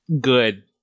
Good